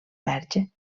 verge